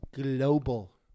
global